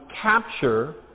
capture